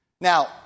Now